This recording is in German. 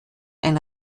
ein